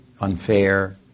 unfair